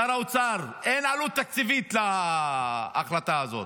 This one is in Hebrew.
שר האוצר, אין עלות תקציבית להחלטה הזאת.